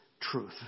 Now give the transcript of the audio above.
truth